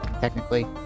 Technically